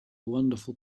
wonderful